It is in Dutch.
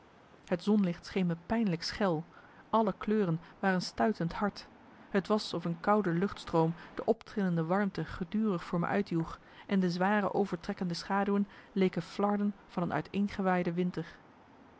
het zonlicht scheen me pijnlijk schel alle kleuren waren stuitend hard t was of een koude luchtstroom de optrillende warmte gedurig voor me uit joeg en de zware overtrekkende schaduwen leken flarden van een uiteengewaaide winter